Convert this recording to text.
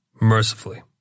mercifully